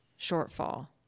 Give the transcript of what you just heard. shortfall